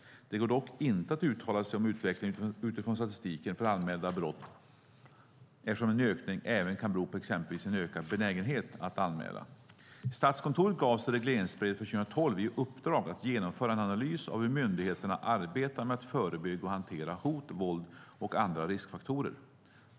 Det går dock inte att uttala sig om utvecklingen utifrån statistiken för anmälda brott, eftersom en ökning även kan bero på exempelvis en ökad benägenhet att anmäla. Statskontoret gavs i regleringsbrevet för 2012 i uppdrag att genomföra en analys av hur myndigheterna arbetar med att förebygga och hantera hot, våld och andra riskfaktorer.